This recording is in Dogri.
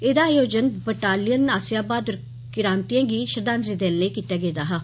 एह्दा आयोजन बटालियन आस्सेआ ब्हादर किरांतिएं गी श्रद्धाजुलि देने लेई कीता गेदा हा